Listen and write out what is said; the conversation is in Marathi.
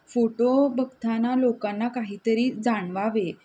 फोटो बघताना लोकांना काहीतरी जाणवावे